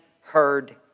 heard